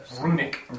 runic